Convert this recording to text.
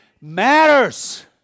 matters